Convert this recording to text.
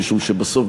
משום שבסוף,